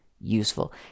useful